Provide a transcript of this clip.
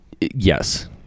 Yes